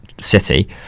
City